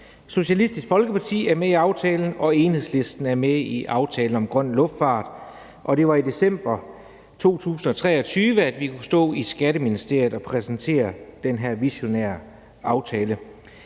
Socialistisk Folkeparti er med i aftalen, og Enhedslisten er med i aftalen om grøn luftfart, og det var i december 2023, at vi kunne stå i Skatteministeriet og præsentere den her visionære aftale.